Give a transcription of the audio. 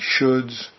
shoulds